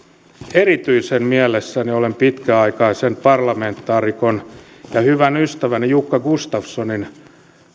erityisen mielissäni olen pitkäaikaisen parlamentaarikon ja hyvän ystäväni jukka gustafssonin